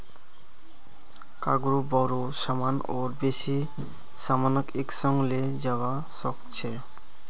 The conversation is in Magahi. कार्गो बोरो सामान और बेसी सामानक एक संग ले जव्वा सक छ